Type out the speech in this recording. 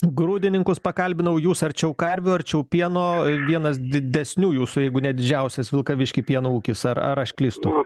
grūdininkus pakalbinau jūs arčiau karvių arčiau pieno vienas didesnių jūsų jeigu ne didžiausias vilkavišky pieno ūkis ar ar aš klystu